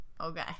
okay